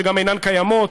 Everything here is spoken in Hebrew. שגם אינן קיימות.